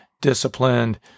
disciplined